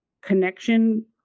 connection